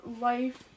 life